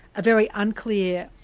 a very unclear,